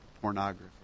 pornography